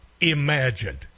imagined